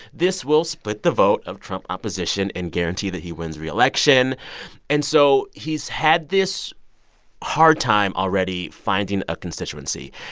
this will split the vote of trump opposition and guarantee that he wins re-election and so he's had this hard time already finding a constituency.